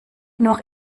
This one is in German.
noch